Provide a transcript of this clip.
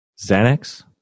Xanax